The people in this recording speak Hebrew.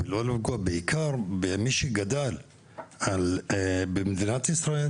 ובעיקר לא לפגוע במי שגדל במדינת ישראל